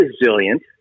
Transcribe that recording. resilient